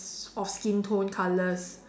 of skin tone colours